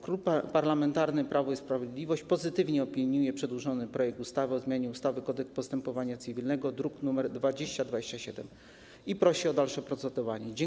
Klub Parlamentarny Prawo i Sprawiedliwość pozytywnie opiniuje przedłożony projekt ustawy o zmianie ustawy - Kodeks postępowania cywilnego, druk nr 2027, i prosi o dalsze procedowanie nad nim.